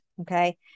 Okay